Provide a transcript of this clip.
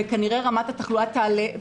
וכנראה רמת התחלואה תעלה.